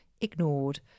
ignored